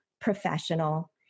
professional